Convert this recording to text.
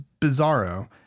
bizarro